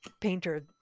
painter